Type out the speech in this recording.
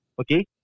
okay